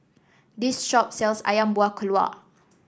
this shop sells ayam Buah Keluak